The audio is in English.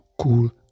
Cool